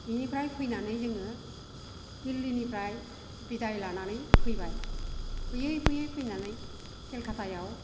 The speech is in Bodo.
बिनिफ्राय फैनानै जोङो दिल्लीनिफ्राय बिदाय लानानै फैबाय फैयै फैयै फैनानै केलकातायाव